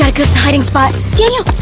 ah good hiding spot. daniel.